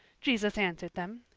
jesus answered them,